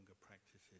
practices